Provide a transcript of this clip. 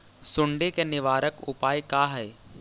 सुंडी के निवारक उपाय का हई?